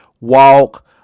walk